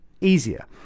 easier